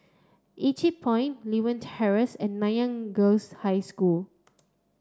Yew Tee Point Lewin Terrace and Nanyang Girls' High School